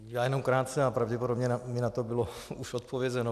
Já jenom krátce a pravděpodobně mi na to bylo už odpovězeno.